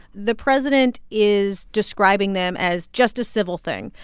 the president is describing them as just a civil thing.